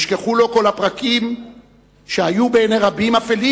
נשכחו לו כל הפרקים שהיו בעיני רבים אפלים